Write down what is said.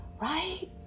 right